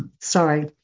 Sorry